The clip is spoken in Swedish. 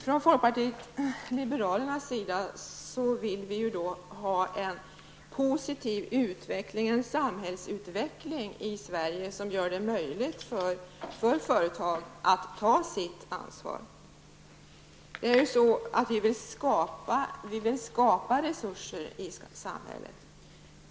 Från folkpartiet liberalernas sida vill vi ha en positiv utveckling, en samhällsutveckling i Sverige som gör det möjligt för företag att ta sitt ansvar. Vi vill skapa resurser i samhället.